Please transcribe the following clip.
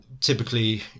typically